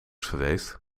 geweest